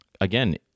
again